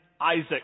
Isaac